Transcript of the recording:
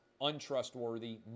untrustworthy